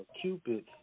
Cupid